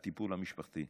הטיפול המשפחתי,